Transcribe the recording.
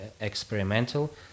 experimental